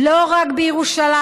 ולא רק בירושלים,